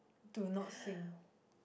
to not sing